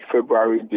February